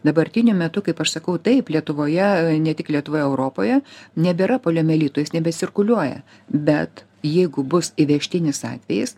dabartiniu metu kaip aš sakau taip lietuvoje ne tik lietuvoje europoje nebėra poliomielito jis nebe cirkuliuoja bet jeigu bus įvežtinis atvejis